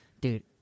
Dude